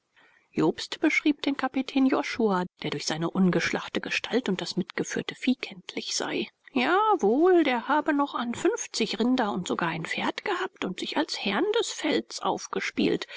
jobst beschrieb den kapitän josua der durch seine ungeschlachte gestalt und das mitgeführte vieh kenntlich sei ja wohl der habe noch an fünfzig rinder und sogar ein pferd gehabt und sich als herrn des velds aufgespielt